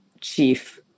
chief